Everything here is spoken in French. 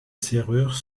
serrure